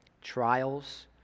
trials